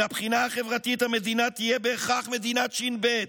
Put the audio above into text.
מן הבחינה החברתית המדינה "תהיה בהכרח מדינת ש.ב.,